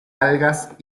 algas